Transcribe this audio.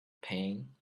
pain